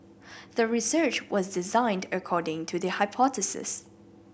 the research was designed according to the hypothesis